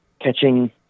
catching